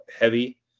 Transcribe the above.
heavy